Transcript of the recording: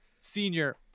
senior